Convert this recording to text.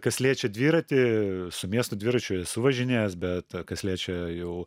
kas liečia dviratį su miesto dviračiu esu važinėjęs bet kas liečia jau